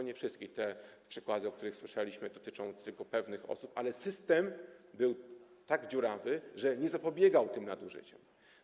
Nie wszystkich, bo te przykłady, o których słyszeliśmy, dotyczą tylko pewnych osób, ale system był tak dziurawy, że nie zapobiegał tym nadużyciom.